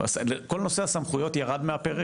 כל נושא הסמכויות ירד מהפרק?